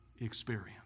experience